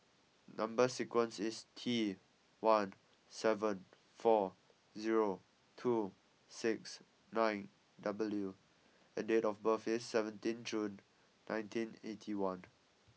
number sequence is T one seven four zero two six nine W and date of birth is seventeen June nineteen eighty one